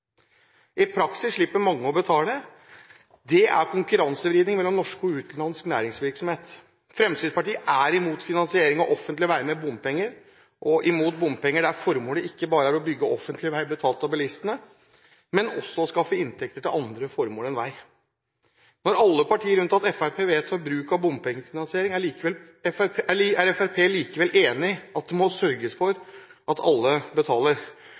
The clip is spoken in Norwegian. I praksis slipper mange å betale. Det er konkurransevridning mellom norsk og utenlandsk næringsvirksomhet. Fremskrittspartiet er mot finansiering av offentlige veier med bompenger og mot bompenger der formålet ikke bare er å bygge offentlig vei betalt av bilistene, men også å skaffe inntekter til andre formål enn vei. Når alle partier unntatt Fremskrittspartiet vedtar bruk av bompengefinansiering, er Fremskrittspartiet likevel enig i at det må sørges for at alle betaler.